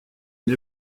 une